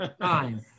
Time